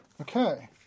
Okay